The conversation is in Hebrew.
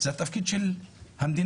זה התפקיד של המדינה,